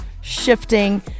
shifting